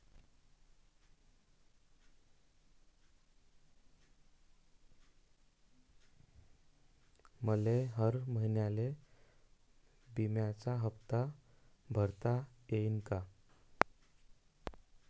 मले हर महिन्याले बिम्याचा हप्ता भरता येईन का?